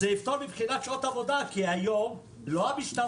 זה יפתור מבחינת שעות עבודה כי היום לא המשטרה